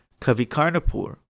Kavikarnapur